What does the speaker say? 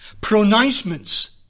pronouncements